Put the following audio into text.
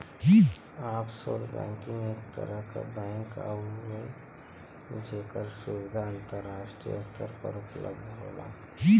offshore banking एक तरह क बैंक हउवे जेकर सुविधा अंतराष्ट्रीय स्तर पर उपलब्ध होला